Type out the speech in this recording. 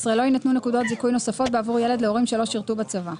15. "לא יינתנו נקודות זיכוי נוספות בעבור ילד להורים שלא שירתו בצבא".